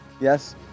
Yes